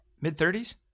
Mid-30s